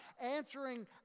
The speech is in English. answering